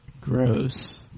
Gross